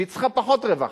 אך היא צריכה פחות רווחה.